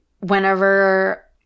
whenever